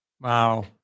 Wow